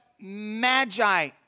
magi